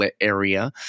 area